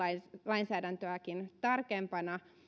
lainsäädäntöäkin tarkempana